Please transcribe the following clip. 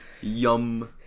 Yum